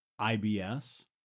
IBS